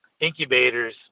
incubators